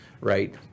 right